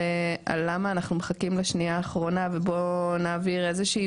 למה אנחנו מחכים לשנייה האחרונה ובוא נעביר איזה שהיא